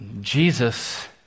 Jesus